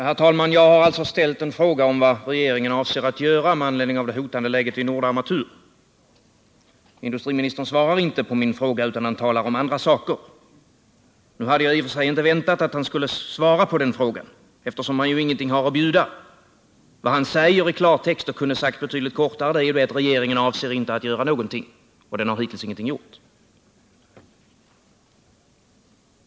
Herr talman! Jag har alltså ställt en fråga om vad regeringen avser att göra med anledning av det hotande läget vid Nordarmatur. Industriministern svarar inte på min fråga utan talar om andra saker. Nu hade jag i och för sig inte väntat att han skulle svara på frågan, eftersom han ju ingenting har att bjuda. Vad han säger — och kunde sagt betydligt kortare — är i klartext att regeringen inte avser att göra någonting. Och den har hittills ingenting gjort.